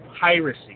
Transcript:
piracy